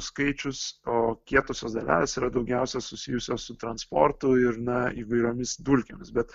skaičius o kietosios dalelės yra daugiausia susijusios su transportu ir na įvairiomis dulkėmis bet